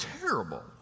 terrible